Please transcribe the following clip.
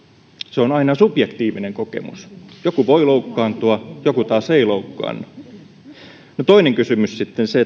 se on aina subjektiivinen kokemus joku voi loukkaantua joku taas ei loukkaannu toinen kysymys on sitten se